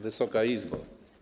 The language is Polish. Wysoka Izbo!